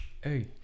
Hey